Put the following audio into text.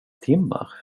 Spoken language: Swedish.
timmar